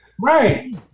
Right